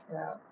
ya